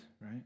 right